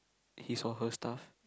his or her stuff